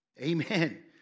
Amen